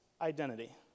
identity